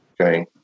Okay